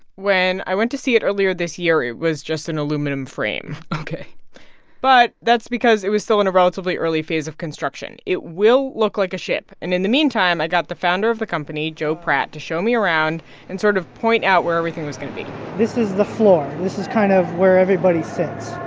when i went to see it earlier this year, it was just an aluminum frame ok but that's because it was still in a relatively early phase of construction. it will look like a ship. and in the meantime, i got the founder of the company, joe pratt, to show me around and sort of point out where everything was going to be this is the floor. this is kind of where everybody sits.